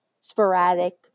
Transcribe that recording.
sporadic